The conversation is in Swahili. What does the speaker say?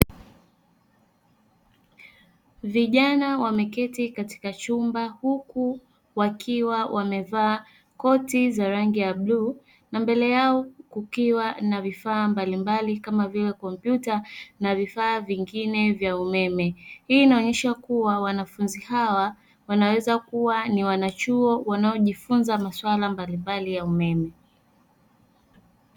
Vijana wameketi katika chumba huku walikuwa wamevaa koti za rangi ya bluu na mbele yao kukiwa na vifaa mbali mbali kama vile kompyuta na vifaa vingine vya umeme, hii inaonyesha kuwa wanafunzi hawa wanaweza kuwa ni wanachuo wanaojifunza maswala mbalimbali ya umeme.